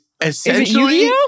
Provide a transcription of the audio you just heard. essentially